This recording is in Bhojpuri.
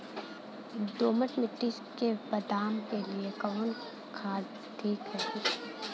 दोमट मिट्टी मे बादाम के लिए कवन खाद ठीक रही?